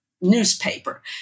newspaper